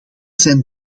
zijn